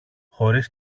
χωρίς